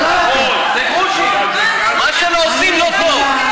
אבל לא יותר, מה שלא עושים לא טוב.